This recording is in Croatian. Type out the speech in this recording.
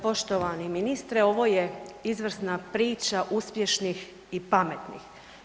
Poštovani ministre, ovo je izvrsna priča uspješnih i pametnih.